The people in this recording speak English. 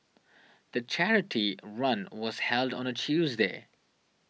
the charity run was held on a Tuesday